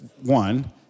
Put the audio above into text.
one